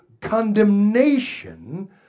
condemnation